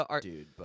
dude